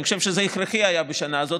אני חושב שזה היה הכרחי בשנה הזאת,